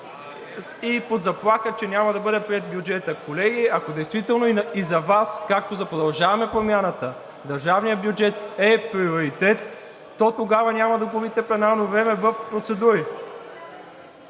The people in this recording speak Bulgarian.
и под заплаха, че няма да бъде приет бюджетът. Колеги, ако действително и за Вас, както за „Продължаваме Промяната“, държавният бюджет е приоритет, то тогава няма да губите пленарно време в процедури.